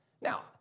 Now